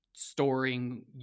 storing